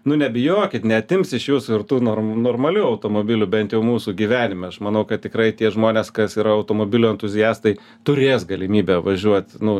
nu nebijokit neatims iš jūsų ir tų norm normalių automobilių bent jau mūsų gyvenime aš manau kad tikrai tie žmonės kas yra automobilių entuziastai turės galimybę važiuot nu